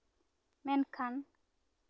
ᱢᱮᱱᱠᱷᱟᱱ